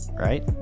right